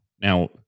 Now